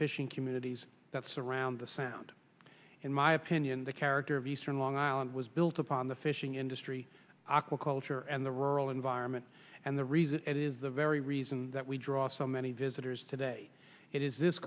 fishing communities that surround the sound in my opinion the character of eastern long island was built upon the fishing industry aqua culture and the rural environment and the reason it is the very reason that we draw so many visitors today it is this